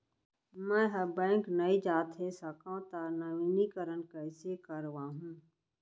मैं ह बैंक नई जाथे सकंव त नवीनीकरण कइसे करवाहू?